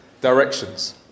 directions